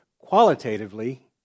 qualitatively